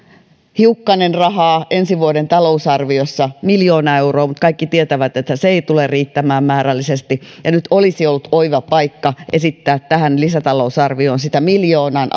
hiukkanen rahaa ensi vuoden talousarviossa miljoona euroa mutta kaikki tietävät että se ei tule riittämään määrällisesti nyt olisi ollut oiva paikka esittää lisätalousarvioon sitä miljoonan